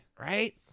Right